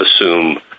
assume